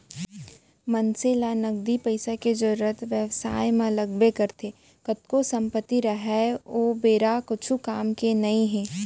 मनसे ल नगदी पइसा के जरुरत बेवसाय म लगबे करथे कतको संपत्ति राहय ओ बेरा कुछु काम के नइ हे